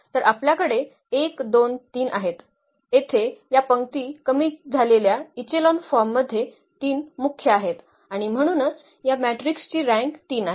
तर आपल्याकडे 1 2 3 आहेत येथे या पंक्ती कमी झालेल्या इचेलॉन फॉर्म मध्ये 3 मुख्य आहेत आणि म्हणूनच या मॅट्रिक्स ची रँक 3 आहे